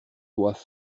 doigts